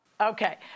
Okay